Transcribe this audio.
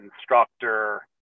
instructor